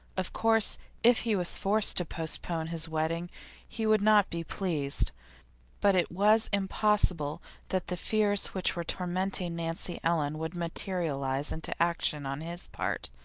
of course if he was forced to postpone his wedding he would not be pleased but it was impossible that the fears which were tormenting nancy ellen would materialize into action on his part.